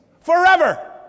forever